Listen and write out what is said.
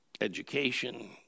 education